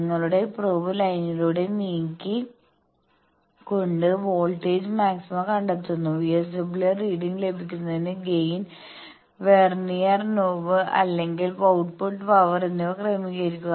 നിങ്ങളുടെ പ്രോബ് ലൈനിലൂടെ നീക്കി കൊണ്ട് വോൾട്ടേജ് മാക്സിമം കണ്ടെത്തുക വിഎസ്ഡബ്ല്യുആർ റീഡിംഗ് ലഭിക്കുന്നതിന് ഗെയിൻ വെർനിയർ നോബ് അല്ലെങ്കിൽ ഔട്ട്പുട്ട് പവർ എന്നിവ ക്രമീകരിക്കുക